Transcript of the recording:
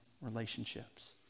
relationships